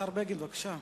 השר בגין, בבקשה.